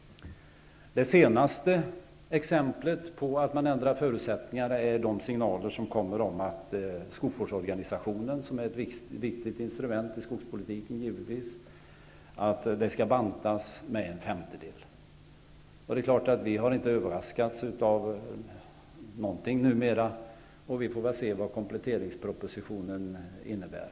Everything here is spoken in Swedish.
Det senaste exemplet på att man ändrar förutsättningarna är de signaler som kommer om att skogsvårdsorganisationen -- som är ett viktigt instrument i skogspolitiken -- skall bantas med en femtedel. Vi överraskas inte av någonting numera. Vi får väl se vad kompletteringspropositionen innebär.